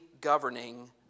governing